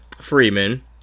Freeman